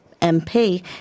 MP